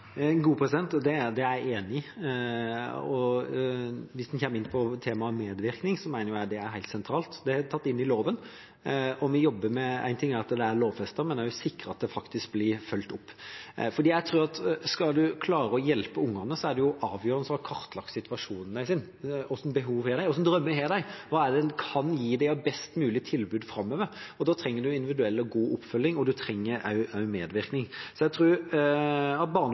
Det er jeg enig i. Hvis en kommer inn på temaet medvirkning, mener jeg det er helt sentralt. Det er tatt inn i loven. Én ting er at det er lovfestet, men vi jobber også med å sikre at det faktisk blir fulgt opp. Jeg tror at skal en klare å hjelpe ungene, er det avgjørende å ha kartlagt situasjonen deres, hva slags behov de har, hva slags drømmer de har, hva som er det best mulige tilbudet en kan gi dem framover. Da trenger en individuell og god oppfølging, og en trenger også medvirkning. Jeg tror at